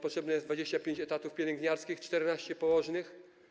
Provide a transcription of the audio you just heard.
Potrzeba 25 etatów pielęgniarskich, 14 położnych.